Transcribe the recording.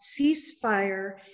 ceasefire